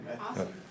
Awesome